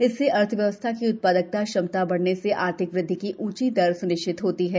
इससे अर्थव्यवस्था की उत्पादकता क्षमता बढने से आर्थिक वृद्वि की ऊंची दर सुनिश्चित होती है